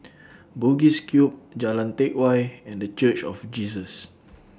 Bugis Cube Jalan Teck Whye and The Church of Jesus